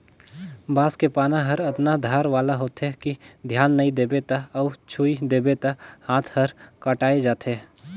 बांस के पाना हर अतना धार वाला होथे कि धियान नई देबे त अउ छूइ देबे त हात हर कटाय जाथे